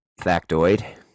factoid